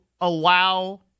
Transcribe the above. allow